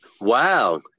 Wow